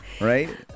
right